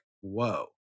Whoa